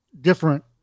different